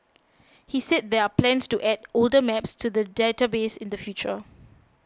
he said there are plans to add older maps to the database in the future